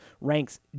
ranks